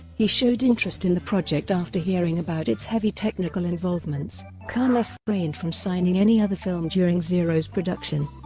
he showed interest in the project after hearing about its heavy technical involvements. khan refrained from signing any other film during zeros production.